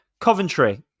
Coventry